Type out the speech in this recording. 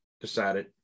decided